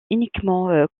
uniquement